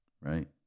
Right